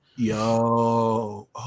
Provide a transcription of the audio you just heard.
Yo